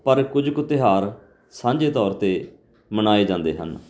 ਪਰ ਕੁਝ ਕੁ ਤਿਉਹਾਰ ਸਾਂਝੇ ਤੌਰ 'ਤੇ ਮਨਾਏ ਜਾਂਦੇ ਹਨ